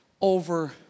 over